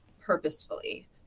purposefully